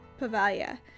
Pavalia